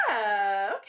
okay